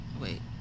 Wait